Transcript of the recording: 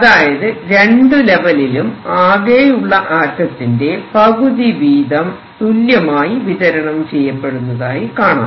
അതായത് രണ്ടു ലെവെലിലും ആകെയുള്ള ആറ്റത്തിന്റെ പകുതി വീതം തുല്യമായി വിതരണം ചെയ്യപ്പടുന്നതായി കാണാം